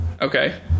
Okay